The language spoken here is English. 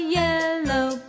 yellow